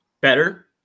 better